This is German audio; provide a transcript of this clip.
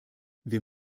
wir